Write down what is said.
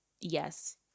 yes